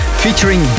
featuring